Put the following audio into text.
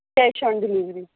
cash on delivery